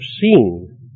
seen